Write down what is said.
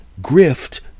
grift